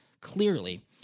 clearly